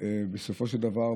בסופו של דבר,